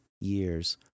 years